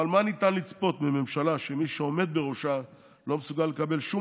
אבל מה ניתן לצפות מממשלה שמי שעומד בראשה לא מסוגל לקבל שום